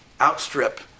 outstrip